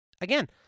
Again